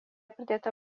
pradėta